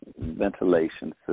ventilation